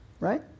Right